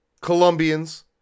Colombians